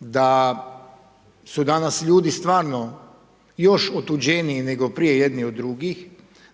da su danas ljudi stvarno još otuđeniji nego prije jedni od drugih,